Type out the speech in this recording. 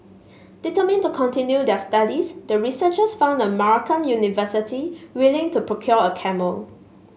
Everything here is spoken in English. determined to continue their studies the researchers found a Moroccan university willing to procure a camel